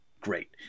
great